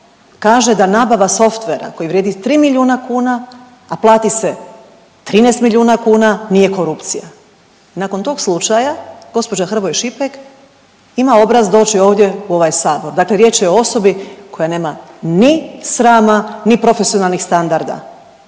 kaže da nabava softvera koji vrijedi 3 milijuna kuna, a plati se 13 milijuna kuna nije korupcija. Nakon tog slučaja gospođa Hrvoj Šipek ima obraz doći ovdje u ovaj Sabor, dakle riječ je o osobi koja nema ni srama, ni profesionalnih standarda.